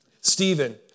Stephen